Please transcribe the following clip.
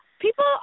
People